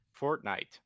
Fortnite